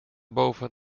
boven